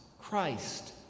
christ